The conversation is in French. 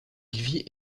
vit